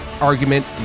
argument